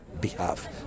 behalf